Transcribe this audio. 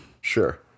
Sure